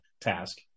task